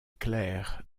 clare